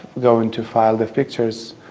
going to file the pictures.